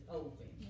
open